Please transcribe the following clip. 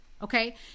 okay